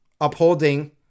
upholding